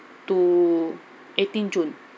to eighteen june